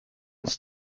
uns